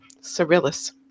Cyrillus